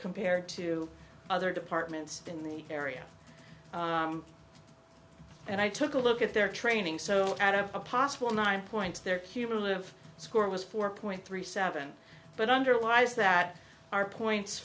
compared to other departments in the area and i took a look at their training so out of a possible nine points their cumulative score was four point three seven but underlies that are points